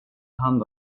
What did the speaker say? hand